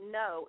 no